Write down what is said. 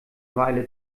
weile